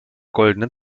goldenen